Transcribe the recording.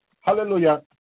Hallelujah